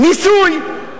ניסוי.